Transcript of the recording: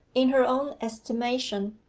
in her own estimation,